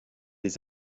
des